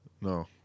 No